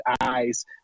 eyes